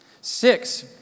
Six